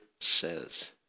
says